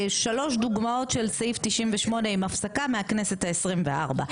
דוגמאות של סעיף 98 עם הפסקה מהכנסת העשרים-וארבע.